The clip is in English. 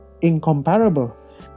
incomparable